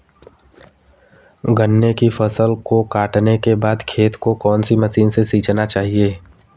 गन्ने की फसल काटने के बाद खेत को कौन सी मशीन से सींचना चाहिये?